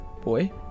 boy